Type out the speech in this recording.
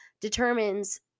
determines